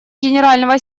генерального